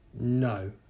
No